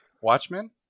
Watchmen